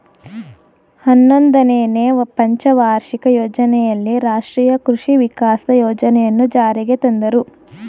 ಹನ್ನೊಂದನೆನೇ ಪಂಚವಾರ್ಷಿಕ ಯೋಜನೆಯಲ್ಲಿ ರಾಷ್ಟ್ರೀಯ ಕೃಷಿ ವಿಕಾಸ ಯೋಜನೆಯನ್ನು ಜಾರಿಗೆ ತಂದರು